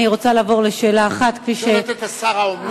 את שואלת את השר: האומנם?